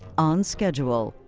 on schedule.